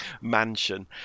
mansion